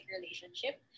relationship